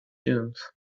dunes